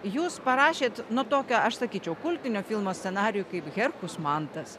jūs parašėt nu tokia aš sakyčiau kultinio filmo scenarijų kaip herkus mantas